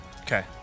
Okay